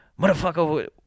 motherfucker